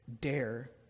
dare